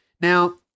Now